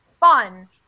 fun